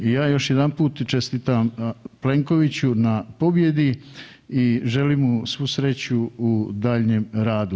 I ja još jedanput čestitam Plenkoviću na pobjedi i želim mu svu sreću u daljnjem radu.